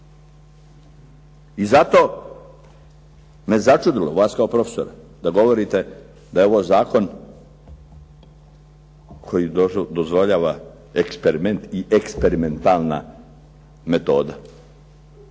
I zato me začudilo vas kao profesora da govorite da je ovo zakon koji dozvoljava eksperiment i eksperimentalna metoda.